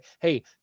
hey